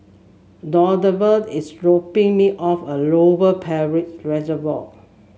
Donavan is dropping me off at Lower Peirce Reservoir